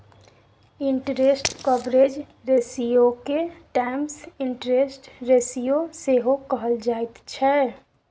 interest coverage रेशियोके times interest ratio सेहो कहल जाइत छै